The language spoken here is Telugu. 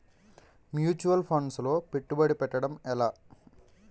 ముచ్యువల్ ఫండ్స్ లో పెట్టుబడి పెట్టడం ఎలా?